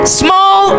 small